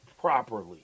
properly